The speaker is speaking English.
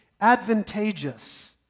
advantageous